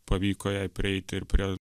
pavyko jai prieiti ir prie